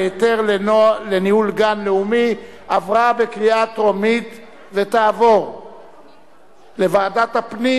היתר לניהול גן לאומי) התקבלה בקריאה טרומית ותעבור לוועדת הפנים